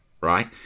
right